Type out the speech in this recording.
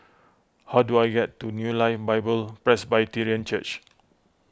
how do I get to New Life Bible Presbyterian Church